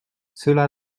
cela